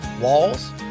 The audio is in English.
walls